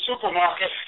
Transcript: supermarket